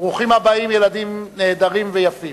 ברוכים הבאים, ילדים נהדרים ויפים.